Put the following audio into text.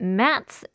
mats